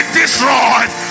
destroyed